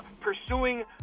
pursuing